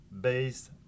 based